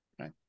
Right